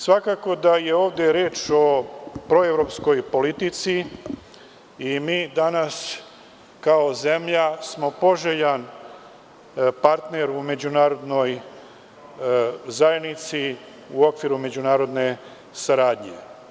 Svakako da je reč o proevropskoj politici i mi danas kao zemlja smo poželjan partner u međunarodnoj zajednici u okviru međunarodne saradnje.